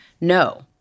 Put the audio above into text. no